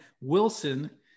Wilson